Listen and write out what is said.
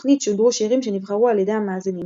בתוכנית שודרו שירים שנבחרו על ידי המאזינים